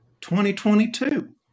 2022